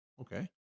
Okay